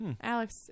Alex